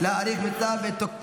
תודה